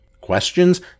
Questions